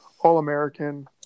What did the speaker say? All-American